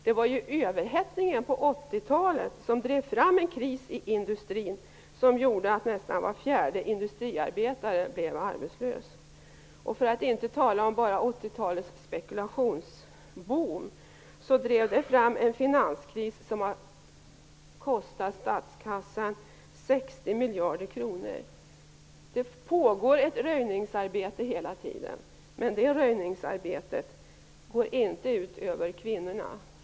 Det var överhettningen på 80-talet som drev fram en kris i industrin som gjorde att nästan var fjärde industriarbetare blev arbetslös. För att inte tala om 80-talets spekulationsboom. Den drev fram en finanskris som har kostat statskassan 60 miljarder kronor. Det pågår ett röjningsarbete hela tiden. Men det röjningsarbetet går inte ut över kvinnorna.